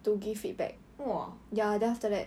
!wah!